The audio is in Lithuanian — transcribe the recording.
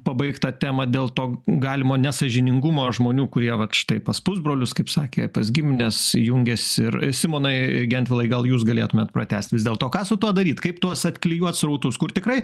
pabaigt tą temą dėl to galimo nesąžiningumo žmonių kurie vaikšto pas pusbrolius kaip sakė pas gimines jungiasi ir simonai gentvilai gal jūs galėtumėt pratęsti dėl to ką su tuo daryt kaip tuos atklijuot srautus kur tikrai